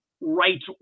right